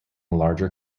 larger